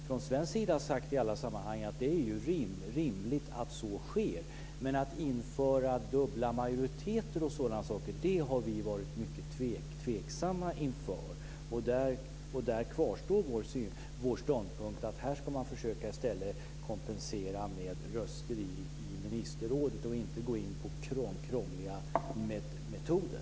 Från svensk sida har vi i alla sammanhang sagt att det är rimligt att så sker, men att införa dubbla majoriteter och sådana saker har vi varit mycket tveksamma inför. Vår ståndpunkt kvarstår att här ska man i stället försöka kompensera med röster i ministerrådet och inte gå in på krångliga metoder.